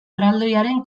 erraldoiaren